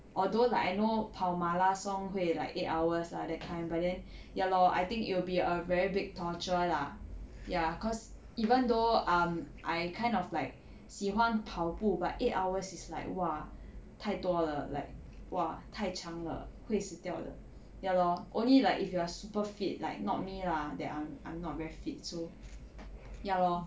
although like I know 跑马拉松会 like eight hours lah that kind but then ya lor I think it will be a very big torture lah ya cause even though um I kind of like 喜欢跑步 but eight hours is like !wah! 太多了 like !wah! 太长了会死掉的 ya lor only like if you are super fit like not me lah that I'm I'm not very fit so ya lor